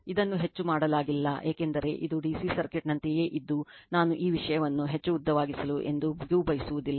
ಇದನ್ನು ಹೆಚ್ಚು ಮಾಡಲಾಗಿಲ್ಲ ಏಕೆಂದರೆ ಇದು ಡಿಸಿ ಸರ್ಕ್ಯೂಟ್ನಂತೆಯೇ ಇದ್ದು ನಾನು ಈ ವಿಷಯಗಳನ್ನು ಹೆಚ್ಚು ಉದ್ದವಾಗಿಸಲು ಎಂದಿಗೂ ಬಯಸಲಿಲ್ಲ